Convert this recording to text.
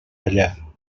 allà